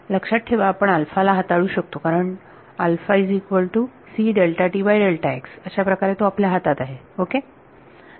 लक्षात ठेवा आपण ला हाताळू शकतो कारण अशाप्रकारे तो आपल्या हातात आहे ओके